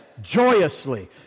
joyously